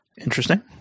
Interesting